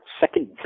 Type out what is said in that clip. second